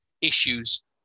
issues